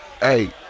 hey